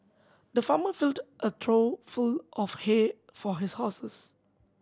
the farmer filled a trough full of hay for his horses